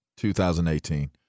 2018